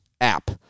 app